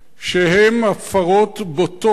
שהם הפרות בוטות,